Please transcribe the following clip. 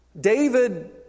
David